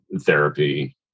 therapy